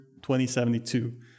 2072